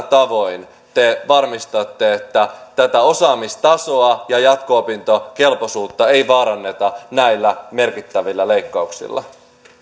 tavoin te varmistatte että osaamistasoa ja ja jatko opintokelpoisuutta ei vaaranneta näillä merkittävillä leikkauksilla